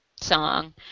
song